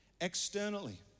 externally